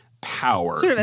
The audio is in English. power